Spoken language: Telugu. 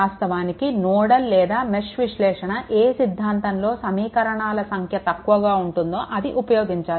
వాస్తవానికి నోడల్ లేదా మెష్ విశ్లేషణ ఏ సిద్ధాంతంలో సమీకరణాల సంఖ్య తక్కువగా ఉంటుందో అది ఉపయోగించాలి